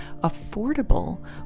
affordable